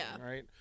right